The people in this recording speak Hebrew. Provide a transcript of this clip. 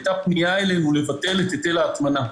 הייתה פנייה אלינו לבטל את היטל ההטמנה,